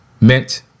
Mint